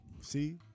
See